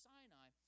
Sinai